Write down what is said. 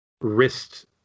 wrist